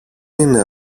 είναι